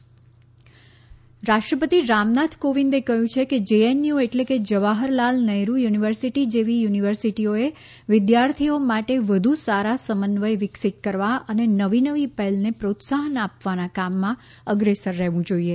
રાષ્ટ્રપતિ J N U રાષ્ટ્રપતિ રામનાથ કોવિંદે કહ્યું છે કે જે એન યુ એટલે કે જવાહરલાલ નહેરૂ યુનિવર્સિટી જેવી યુનિવર્સિટીઓએ વિદ્યાર્થીઓ માટે વધુ સારા સમન્વય વિકસિત કરવા અને નવી નવી પહેલને પ્રોત્સાહન આપવાના કામમાં અગ્રેસર રહેવું જોઇએ